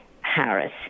Harris